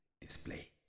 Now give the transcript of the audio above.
display